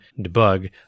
debug